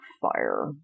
fire